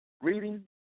Reading